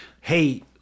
hey